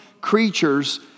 creatures